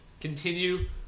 continue